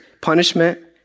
Punishment